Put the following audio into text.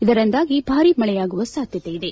ಇದರಿಂದಾಗಿ ಬಾರಿ ಮಳೆಯಾಗುವ ಸಾಧ್ಯತೆ ಇವೆ